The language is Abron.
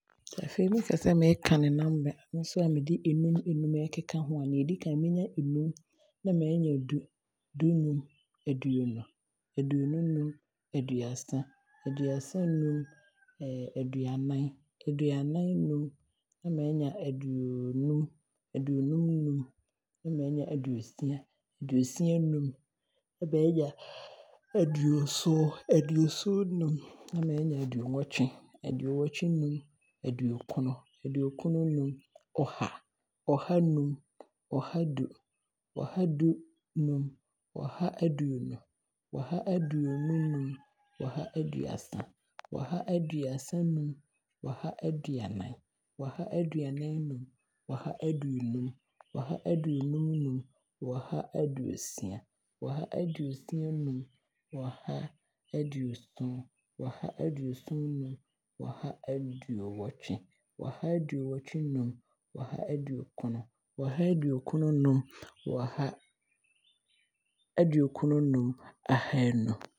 Afei mekasɛ meekane nɔma nso a mede ɛnum num bɛka ho a, mɛnya ɛnum na maanya ɛdu, du-num, aduonu, aduonu-num, aduasa, aduasa-num, aduanan, aduanan-num na maanya aduonum, na maanya aduonum-num, aduosia, aduosia-nun, na maanya aduoson, aduoson-num, na maanya aduonnwɔtwe, aduonnwɔtwe-num, aduokron, aduokron-num na maanya ɔha. Ɔha- num, ɔha-du, ɔha du-num, ɔha aduonu, ɔha aduonu-num, ɔha aduasa, ɔha aduasa-num, ɔha aduanan, ɔha aduanan-num, ɔha aduonum, ɔha aduonum-num, ɔha aduosia, ɔha aduosia-num, ɔha aduoson, ɔha aduoson-num, ɔha aduonnwɔtwe, ɔha aduonnwɔtwe -num, ɔha aduokron, ɔha aduokron-num, ɔha, ahaanu.